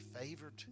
favored